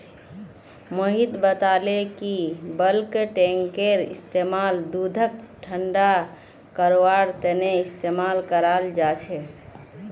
मोहित बताले कि बल्क टैंककेर इस्तेमाल दूधक ठंडा करवार तने इस्तेमाल कराल जा छे